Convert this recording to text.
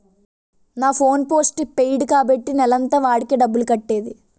నా phone postpaid కాబట్టి నెలంతా వాడాకే డబ్బులు కట్టేది